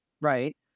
right